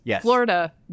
Florida